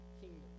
kingdom